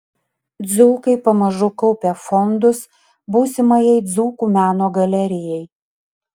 dzūkai pamažu kaupia fondus būsimajai dzūkų meno galerijai